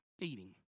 eating